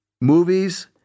movies